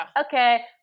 Okay